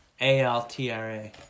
A-L-T-R-A